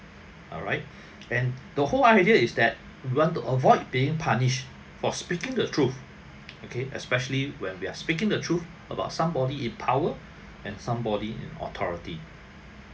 alright and the whole idea is that we want to avoid being punished for speaking the truth okay especially when we are speaking the truth about somebody in power and somebody in authority